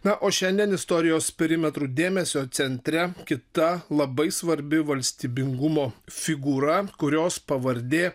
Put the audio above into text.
na o šiandien istorijos perimetrų dėmesio centre kita labai svarbi valstybingumo figūra kurios pavardė